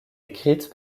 écrites